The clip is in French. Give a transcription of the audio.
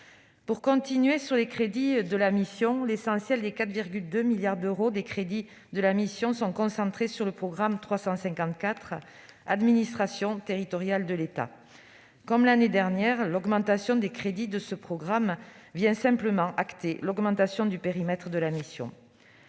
des politiques de l'intérieur ». L'essentiel des 4,2 milliards d'euros des crédits de la mission sont concentrés sur le programme 354, « Administration territoriale de l'État ». Comme l'année dernière, l'augmentation des crédits de ce programme vient simplement acter l'augmentation du périmètre de la mission.